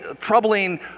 troubling